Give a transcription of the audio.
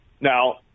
Now